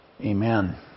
Amen